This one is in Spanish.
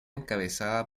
encabezada